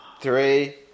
three